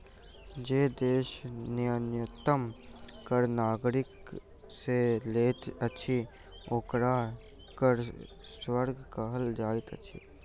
जे देश न्यूनतम कर नागरिक से लैत अछि, ओकरा कर स्वर्ग कहल जाइत अछि